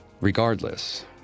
Regardless